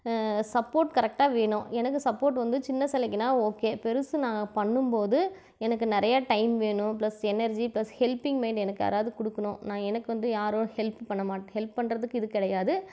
support கரெக்டாக வேணும் எனக்கு சப்போர்ட் வந்து சின்ன சிலைக்கினா ஓகே பெருசு நாங்க பண்ணும் போது எனக்கு நிறையா டைம் வேணும் plus energy plus helping mind யாராவது கொடுக்குணும் நான் எனக்கு வந்து யாரும் ஹெல்ப்பு பண்ணமாட் ஹெல்ப் பண்ணுறதுக்கு இது கிடையாது